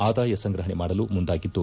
ಆದಾಯ ಸಂಗ್ರಹಣೆ ಮಾಡಲು ಮುಂದಾಗಿದ್ದು